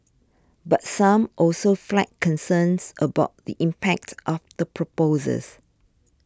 but some also flagged concerns about the impact of the proposals